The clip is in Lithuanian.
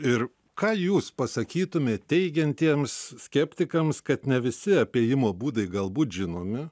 ir ką jūs pasakytumėt teigiantiems skeptikams kad ne visi apėjimo būdai galbūt žinomi